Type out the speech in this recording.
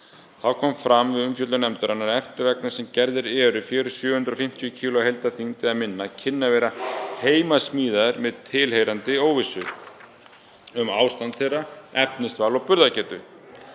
Þá kom fram við umfjöllun nefndarinnar að eftirvagnar sem gerðir eru fyrir 750 kg heildarþyngd eða minna kynnu að vera heimasmíðaðir með tilheyrandi óvissu um ástand þeirra, efnisval og burðargetu.